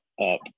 up